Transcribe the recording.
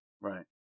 Right